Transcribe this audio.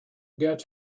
get